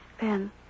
Ben